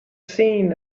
seen